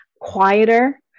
quieter